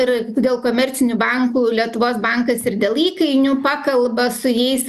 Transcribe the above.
ir dėl komercinių bankų lietuvos bankas ir dėl įkainių pakalba su jais